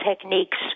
techniques